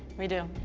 we do.